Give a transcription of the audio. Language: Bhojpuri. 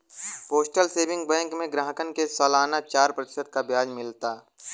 पोस्टल सेविंग बैंक में ग्राहकन के सलाना चार प्रतिशत क ब्याज मिलला